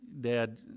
Dad